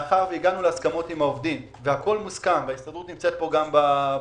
מאחר שהגענו להסכמות עם העובדים והכול מוסכם וההסתדרות נמצאת גם בזום,